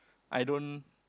I don't